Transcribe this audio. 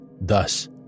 Thus